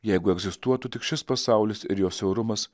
jeigu egzistuotų tik šis pasaulis ir jo siaurumas